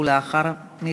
ולאחריו,